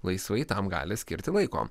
laisvai tam gali skirti laiko